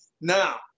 Now